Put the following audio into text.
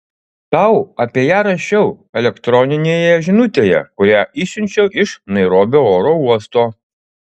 tau apie ją rašiau elektroninėje žinutėje kurią išsiunčiau iš nairobio oro uosto